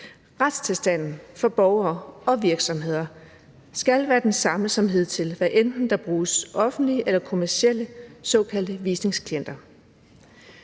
Retstilstanden for borgere og virksomheder skal være den samme som hidtil, hvad enten der bruges offentlige eller kommercielle såkaldte visningsklienter.